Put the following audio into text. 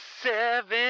Seven